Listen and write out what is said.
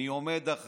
אני עומד מאחוריך,